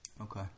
Okay